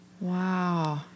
Wow